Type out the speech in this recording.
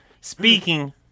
Speaking